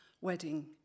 wedding